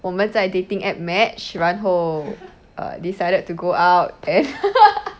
我们在 dating app match 然后 uh decided to go out and